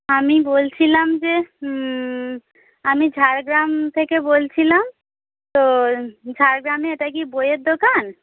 আমি বলছিলাম যে আমি ঝাড়গ্রাম থেকে বলছিলাম তো ঝাড়গ্রামে এটা কি বইয়ের দোকান